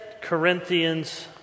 Corinthians